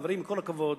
חברים, עם כל הכבוד,